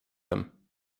him